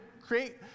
create